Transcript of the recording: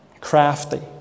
crafty